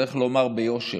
צריך לומר ביושר,